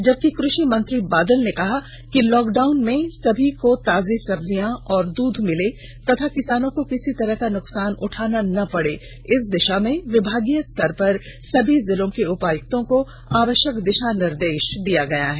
जबकि कृषि मंत्री बादल ने कहा कि लॉकडाउन में सभी को ताजी सब्जियां और दूध मिले तथा किसानों को किसी तरह का नुकसान उठाना नहीं पड़े इस दिषा में विभागीय स्तर पर सभी जिलों के उपायुक्त को आवष्यक दिशा निर्देश दिया गया है